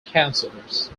councillors